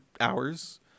hours